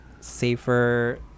safer